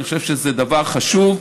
אני חושב שזה דבר חשוב.